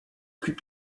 plus